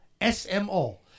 S-M-O